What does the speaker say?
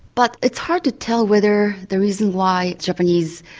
but it's hard to tell whether the reason why japanese,